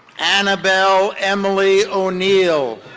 annabel emily o'neil.